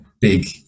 big